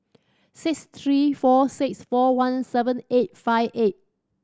six three four six four one seven eight five eight